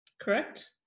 Correct